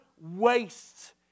wastes